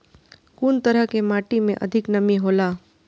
कुन तरह के माटी में अधिक नमी हौला?